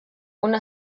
una